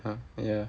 um ya